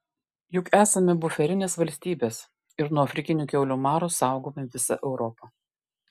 juk esame buferinės valstybės ir nuo afrikinio kiaulių maro saugome visą europą